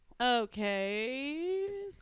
Okay